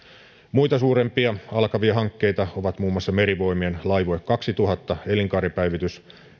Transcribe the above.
muita suurempia alkavia hankkeita ovat muun muassa merivoimien laivue kaksituhatta elinkaaripäivitys